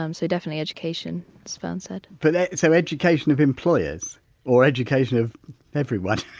um so definitely education, as fern said but so, education of employers or education of everyone?